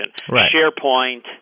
SharePoint